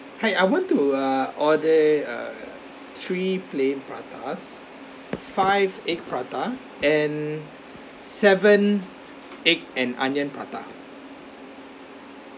hi I want to uh order a three plain pratas five egg prata and seven egg and onion prata